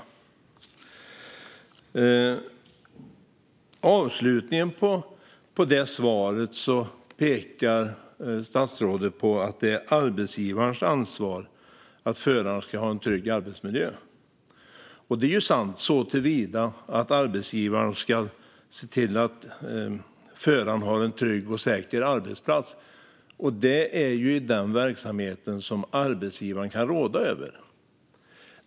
I avslutningen på svaret pekar statsrådet på att det är arbetsgivarens ansvar att föraren har en trygg arbetsmiljö. Det är ju sant såtillvida att arbetsgivaren ska se till att föraren har en trygg och säker arbetsplats i den verksamhet som arbetsgivaren kan råda över.